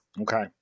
Okay